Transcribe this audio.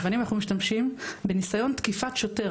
אבנים אנחנו משתמשים בניסיון תקיפת שוטר,